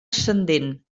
ascendent